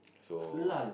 so